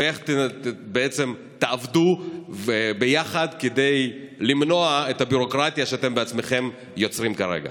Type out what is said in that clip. ואיך תעבדו ביחד כדי למנוע את הביורוקרטיה שאתם בעצמכם יוצרים כרגע?